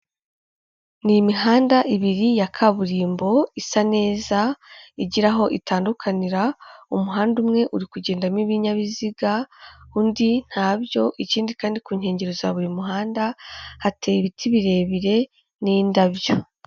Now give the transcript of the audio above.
Ni imihanda ibiri ya kaburimbo isa neza, igira aho itandukanira, umuhanda umwe uri kugendamo ibinyabiziga undi nabyo, ikindi kandi ku nkengero za buri muhanda hateye ibiti birebire n'indabyo.